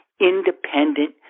independent